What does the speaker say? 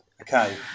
Okay